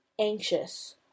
anxious